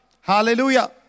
Hallelujah